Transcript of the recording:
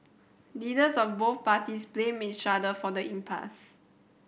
leaders of both parties blamed each other for the impasse